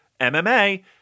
MMA